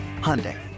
Hyundai